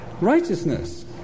righteousness